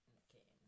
okay